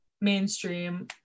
mainstream